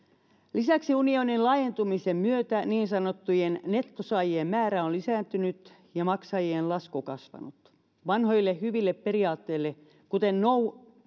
lisäksi unionin laajentumisen myötä niin sanottujen nettosaajien määrä on lisääntynyt ja maksajien lasku kasvanut vanhoille hyville periaatteille kuten no